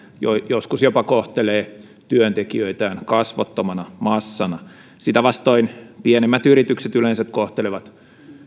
joka joskus jopa kohtelee työntekijöitään kasvottomana massana sitä vastoin pienemmät yritykset yleensä kohtelevat